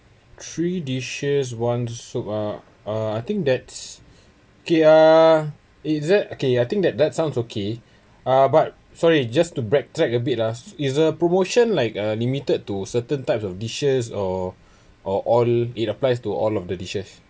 three dishes one soup uh uh I think that's okay uh is it okay I think that that sounds okay uh but sorry just to break drag a bit uh is the promotion like uh limited to certain types of dishes or or all it applies to all of the dishes